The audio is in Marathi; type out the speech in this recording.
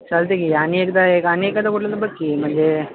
चालतं आहे की आणि एकदा एक आणि एखादा कुठला तर बघ की म्हणजे